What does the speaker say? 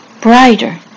brighter